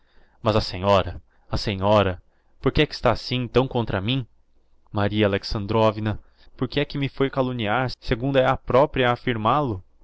mas a senhora a senhora por que é que está assim tão contra mim maria alexandrovna por que é que me foi calumniar segundo é a propria